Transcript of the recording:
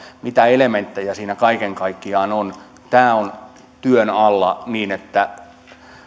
mitä elementtejä siinä kaiken kaikkiaan on tämä on työn alla niin että